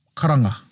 karanga